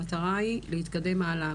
המטרה היא להתקדם הלאה,